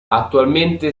attualmente